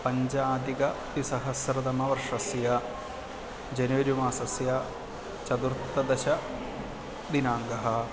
पञ्चाधिकद्विसहस्रतमवर्षस्य जनवरिमासस्य चतुर्दशदिनाङ्कः